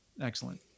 excellent